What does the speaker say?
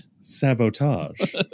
sabotage